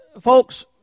folks